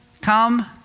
come